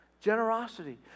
generosity